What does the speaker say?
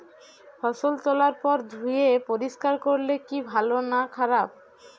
ফসল তোলার পর ধুয়ে পরিষ্কার করলে কি ভালো না খারাপ?